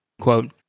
Quote